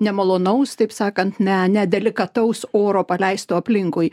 nemalonaus taip sakant ne nedelikataus oro paleisto aplinkui